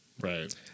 Right